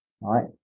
right